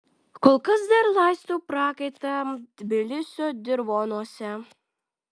kol kas dar laistau prakaitą tbilisio dirvonuose